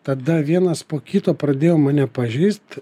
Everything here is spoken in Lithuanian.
tada vienas po kito pradėjo mane pažįst